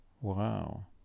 Wow